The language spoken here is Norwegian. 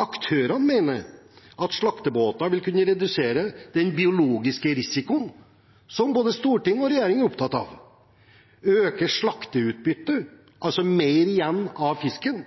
Aktørene mener at slaktebåter vil kunne redusere den biologiske risikoen som både storting og regjering er opptatt av, øke slakteutbyttet, altså at det er mer igjen av fisken,